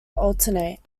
alternate